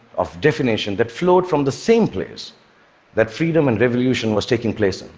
of definition that flowed from the same place that freedom and revolution was taking place in.